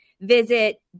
Visit